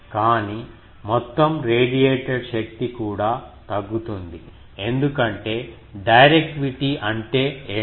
కానీ మొత్తం రేడియేటెడ్ శక్తి కూడా తగ్గుతుంది ఎందుకంటే డైరెక్టివిటీ అంటే ఏమిటి